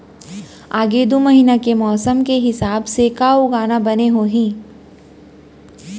आगे दू महीना के मौसम के हिसाब से का उगाना बने होही?